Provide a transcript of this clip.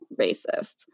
racist